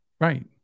right